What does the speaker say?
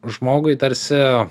žmogui tarsi